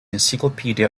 encyclopedia